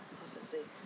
what's his name